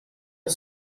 are